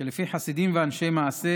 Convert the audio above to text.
ולפי חסידים ואנשי מעשה